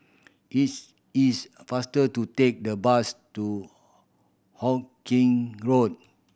it's is faster to take the bus to Hawkinge Road